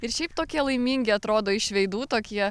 ir šiaip tokie laimingi atrodo iš veidų tokie